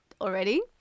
already